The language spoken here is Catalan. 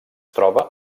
troba